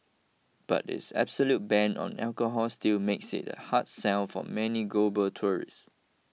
but its absolute ban on alcohol still makes it a hard sell for many global tourists